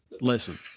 listen